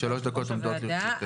שלוש דקות עומדות לרשותך.